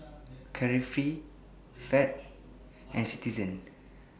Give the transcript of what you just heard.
Carefree Fab and Citizen